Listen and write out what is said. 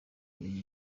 buri